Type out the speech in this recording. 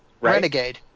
Renegade